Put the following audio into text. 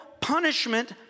punishment